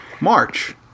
March